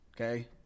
Okay